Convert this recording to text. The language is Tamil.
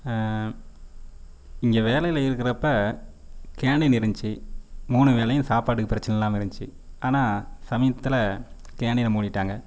இங்கே வேலையில் இருக்கிறப்ப கேணீன் இருந்துச்சி மூணு வேலையும் சாப்பாடுக்கு பிரச்சனை இல்லாமல் இருந்துச்சி ஆனால் சமிபத்துல கேணீன மூடிட்டாங்க